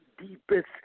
deepest